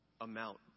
amount